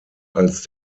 als